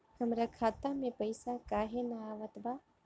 हमरा खाता में पइसा काहे ना आवत बा?